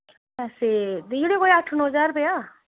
पैसे देई ओड़ेओ कोई अट्ठ नौ ज्हार रपेआ